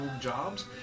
jobs